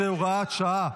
18 והוראת שעה)